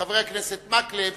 וחבר הכנסת מקלב,